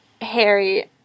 Harry